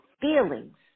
feelings